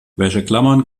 wäscheklammern